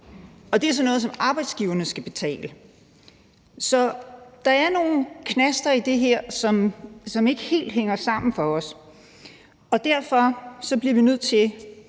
og det er sådan noget, som arbejdsgiverne skal betale. Så der er nogle knaster i det her, som gør, at det ikke helt hænger sammen for os. Og derfor bliver vi nødt til